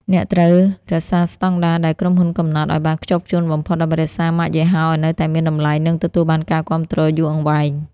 អ្នកត្រូវ "រក្សាស្តង់ដារដែលក្រុមហ៊ុនកំណត់" ឱ្យបានខ្ជាប់ខ្ជួនបំផុត ដើម្បីរក្សាម៉ាកយីហោឱ្យនៅតែមានតម្លៃ និងទទួលបានការគាំទ្រយូរអង្វែង។